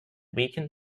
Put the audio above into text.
weaken